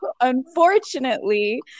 unfortunately